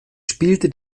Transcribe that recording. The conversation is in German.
spielte